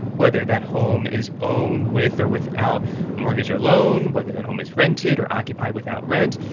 whether that home is owned with or without a mortgage or loan, whether that home is rented or occupied without rent,